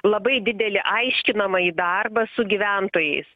labai didelį aiškinamąjį darbą su gyventojais